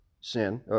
sin